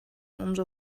umso